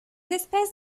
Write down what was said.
espèces